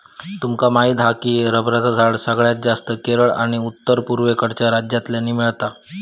तुमका माहीत हा की रबरचा झाड सगळ्यात जास्तं केरळ आणि उत्तर पुर्वेकडच्या राज्यांतल्यानी मिळता